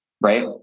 right